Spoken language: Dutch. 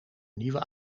nieuwe